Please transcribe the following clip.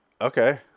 okay